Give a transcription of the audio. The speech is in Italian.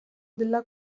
della